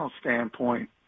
standpoint